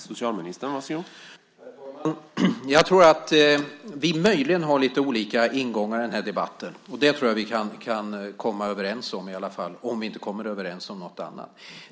Herr talman! Jag tror att vi möjligen har lite olika ingångar i den här debatten. Det tror jag att vi kan komma överens om i alla fall, om vi inte kommer överens om något annat.